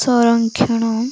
ସଂରକ୍ଷଣ